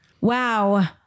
wow